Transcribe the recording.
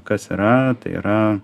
kas yra tai yra